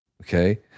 Okay